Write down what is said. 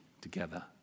together